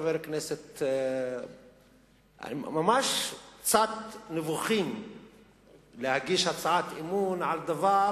חברי הכנסת ממש קצת נבוכים להגיש הצעת אי-אמון על דבר